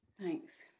Thanks